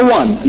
one